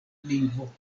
lingvo